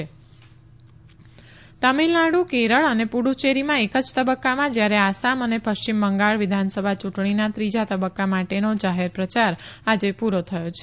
યુંટણી તમિલનાડુ કેરળ અને પુફ્યેરીમાં એક જ તબક્કામાં જ્યારે આસામ અને પશ્ચિમ બંગાળ વિધાનસભા યૂંટણીના ત્રીજા તબક્કા માટેનો જાહેર પ્રયાર આજે પૂરો થયો છે